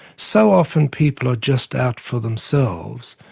so often people are just out for themselves,